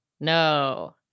No